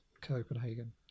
Copenhagen